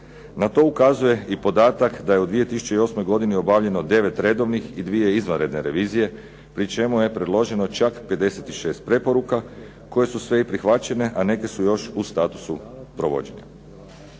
Na to ukazuje i podatak da je u 2008. godini obavljeno 9 redovnih i 2 izvanredne revizije pri čemu je predloženo čak 56 preporuka koje su sve i prihvaćene, a neke su još u statusu provođenja.